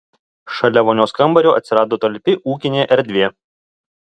šalia vonios kambario atsirado talpi ūkinė erdvė